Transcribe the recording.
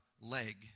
leg